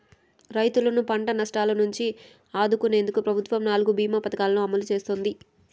రైతులను పంట నష్టాల నుంచి ఆదుకునేందుకు ప్రభుత్వం నాలుగు భీమ పథకాలను అమలు చేస్తోంది